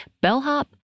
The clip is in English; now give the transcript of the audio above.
bellhop